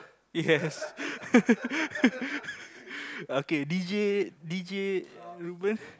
yes okay deejay deejay